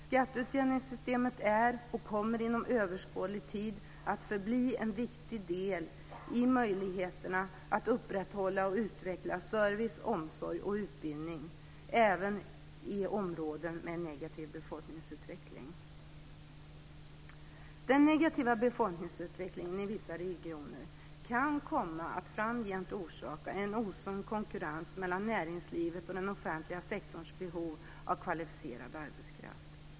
Skatteutjämningssystemet är, och kommer inom överskådlig tid att förbli, en viktig del i möjligheten att upprätthålla och utveckla service, omsorg och utbildning även i områden med en negativ befolkningsutveckling. Den negativa befolkningsutvecklingen i vissa regioner kan framgent komma att orsaka en osund konkurrens mellan näringslivets och den offentliga sektorns behov av kvalificerad arbetskraft.